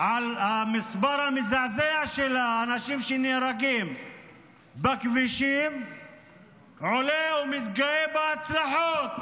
המספר המזעזע של האנשים שנהרגים בכבישים עולה ומתגאה בהצלחות,